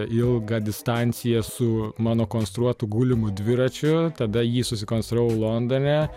ilgą distanciją su mano konstruotų gulimu dviračiu tada jį susikonstravau londone